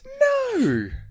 No